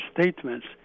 statements